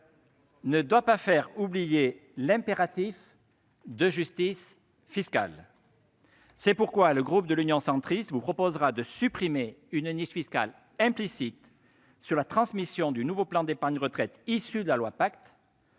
ne doit pas faire oublier l'impératif de justice fiscale. C'est pourquoi le groupe Union Centriste vous proposera de supprimer une niche fiscale implicite sur la transmission du nouveau plan d'épargne retraite issu de la loi Pacte,